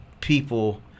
People